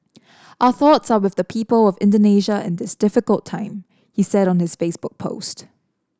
our thoughts are with the people of Indonesia in this difficult time he said on his Facebook post